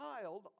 child